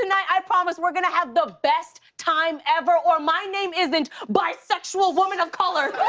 and i promise, we're gonna have the best time ever or my name isn't bisexual woman of color!